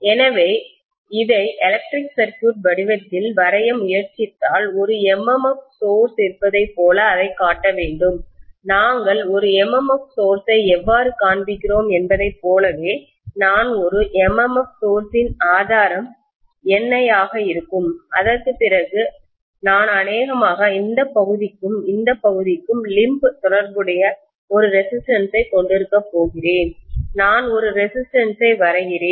எனவே இதை electric circuit வடிவத்தில் வரைய முயற்சித்தால் ஒரு MMF சோர்ஸ் இருப்பதைப் போல அதைக் காட்ட வேண்டும் நாங்கள் ஒரு MMF சோர்ஸ் ஐ எவ்வாறு காண்பிக்கிறோம் என்பது போலவே நான் ஒரு MMF சோர்ஸ் இன் ஆதாரம் Ni ஆக இருக்கும் அதற்குப் பிறகு நான் அநேகமாக இந்த பகுதிக்கும் இந்த பகுதிக்கும் லிம்ப்மூட்டுக்கும் தொடர்புடைய ஒரு ரெசிஸ்டன்ஸ் ஐ கொண்டிருக்கப் போகிறேன் நான் ஒரு ரெசிஸ்டன்ஸ் ஐ வரைகிறேன்